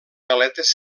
galetes